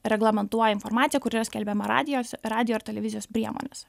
reglamentuoja informaciją kuri yra skelbiama radijos radijo ir televizijos priemonėse